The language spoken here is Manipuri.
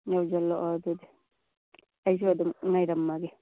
ꯌꯧꯁꯤꯜꯂꯛꯑꯣ ꯑꯗꯨꯗꯤ ꯑꯩꯁꯨ ꯑꯗꯨꯝ ꯉꯥꯏꯔꯝꯃꯒꯦ